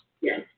Yes